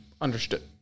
Understood